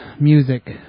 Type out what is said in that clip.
Music